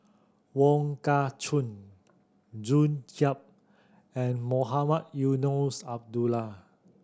Wong Kah Chun June Yap and Mohamed Eunos Abdullah